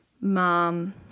Mom